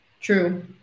true